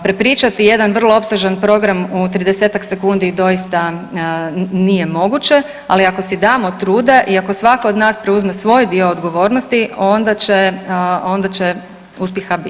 Prepričati jedan vrlo opsežan program u 30-tak sekundi doista nije moguće, ali ako si damo truda i ako svatko od nas preuzme svoj dio odgovornosti onda će, onda će uspjeha biti.